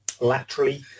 laterally